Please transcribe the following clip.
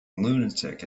lunatic